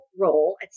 role